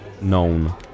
known